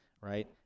Right